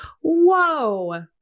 Whoa